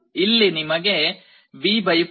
ಇಲ್ಲಿ ನಿಮಗೆ V 4 ಸಿಗುತ್ತದೆ ಮತ್ತು ಇಲ್ಲಿ 2R